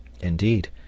Indeed